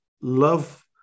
love